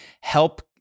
help